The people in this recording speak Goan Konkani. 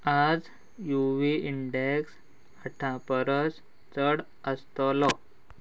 आज युवी इंडॅक्स हठां परस चड आसतलो